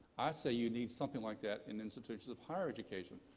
i say you need something like that in institutions of higher education.